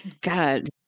God